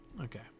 Okay